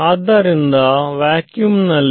ಆದ್ದರಿಂದ ವ್ಯಾಕ್ಯೂಮ್ ನಲ್ಲಿ